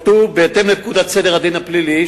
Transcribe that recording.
כתוב: בהתאם לפקודת סדר הדין הפלילי,